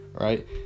right